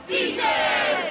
Beaches